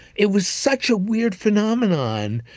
it was such a weird phenomenon.